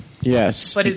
yes